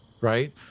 Right